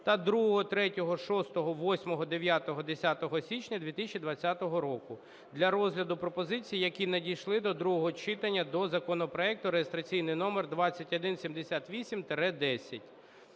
та 2, 3, 6, 8, 9, 10 січня 2020 року для розгляду пропозицій, які надійшли до другого читання до законопроекту реєстраційний номер 2178-10.